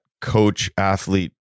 coach-athlete